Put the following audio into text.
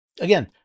Again